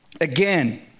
again